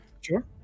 Sure